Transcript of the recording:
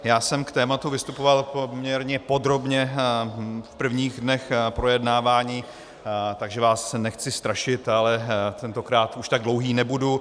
Já jsem k tématu vystupoval poměrně podrobně v prvních dnech projednávání, takže vás nechci strašit, ale tentokrát už tak dlouhý nebudu.